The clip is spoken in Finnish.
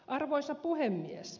arvoisa puhemies